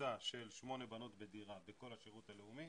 ממוצע של שמונה בנות בדירה בכל השירות הלאומי.